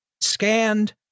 scanned